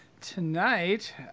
tonight